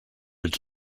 its